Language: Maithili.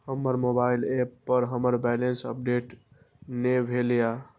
हमर मोबाइल ऐप पर हमर बैलेंस अपडेट ने भेल या